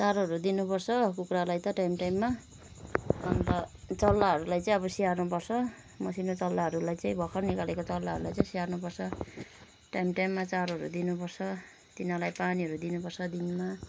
चारोहरू दिन पर्छ कुखुराहरलाई त टाइम टाइममा अन्त चल्लाहरूलाई चाहिँ अब स्याहार्नु पर्छ मसिनो चल्लाहरूलाई चाहिँ भर्खर निकालेको चल्लाहरूलाई चाहिँ स्याहार्नु पर्छ टाइम टाइममा चारोहरू दिनु पर्छ तिनीहरूलाई पानीहरू दिनु पर्छ दिनमा